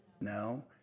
No